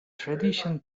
tradition